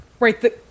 Right